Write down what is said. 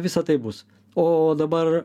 visa tai bus o dabar